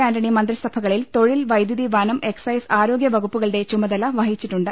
ആന്റണി മന്ത്രിസഭകളിൽ തൊഴിൽ വൈദ്യുതി വനം എക്സൈസ് ആരോഗ്യ വകുപ്പുകളുടെ ചുമതല വഹിച്ചിട്ടുണ്ട്